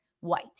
White